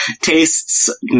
tastes